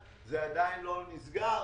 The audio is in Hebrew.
יכול להיות שזה עדיין לא נסגר.